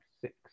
six